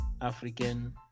African